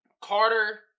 Carter